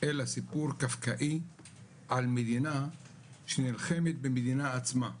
אלא סיפור קפקאי על מדינה שנלחמת במדינה עצמה,